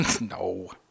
No